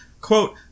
Quote